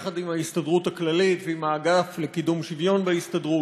יחד עם ההסתדרות הכללית ועם האגף לקידום שוויון בהסתדרות,